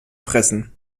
fressen